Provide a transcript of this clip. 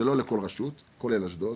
זה לא לכל רשות כולל אשדוד,